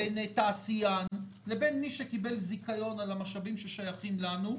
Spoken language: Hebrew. בין תעשיין לבין מי שקיבל זיכיון על המשאבים ששייכים לנו,